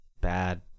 bad